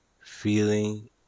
feeling